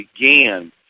began